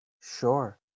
Sure